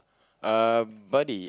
uh buddy